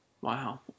wow